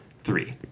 Three